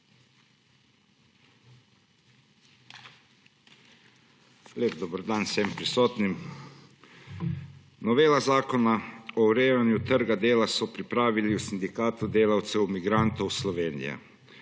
Lep dober dan vsem prisotnim! Novelo Zakona o urejanju trga dela so pripravili v Sindikatu delavcev migrantov Slovenije.